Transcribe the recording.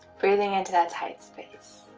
breathing into that tight space